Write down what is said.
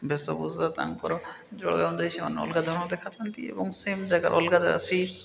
ବେଶଭୁଷା ତାଙ୍କର ଜଳବାୟୁ ଦେଇ ସେମାନେ ଅଲଗା ଧରଣ ଦେଖାଯାଆନ୍ତି ଏବଂ ସେମ୍ ଜାଗାରେ ଅଲଗା ସେଇ